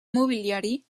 mobiliari